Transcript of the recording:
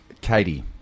Katie